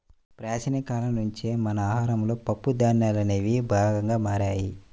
ప్రాచీన కాలం నుంచే మన ఆహారంలో పప్పు ధాన్యాలనేవి భాగంగా మారాయి